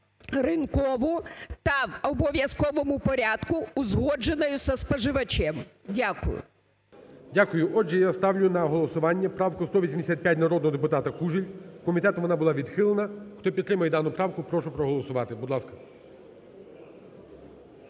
ринкову та в обов'язковому порядку узгодженою зі споживачем". Дякую. ГОЛОВУЮЧИЙ. Дякую. Отже, я ставлю на голосування правку 185 народного депутата Кужель. Комітетом вона відхилена. Хто підтримує дану правку, прошу проголосувати, будь ласка.